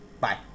bye